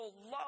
love